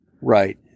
Right